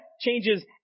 changes